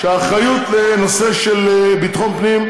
שהאחריות לנושא ביטחון הפנים,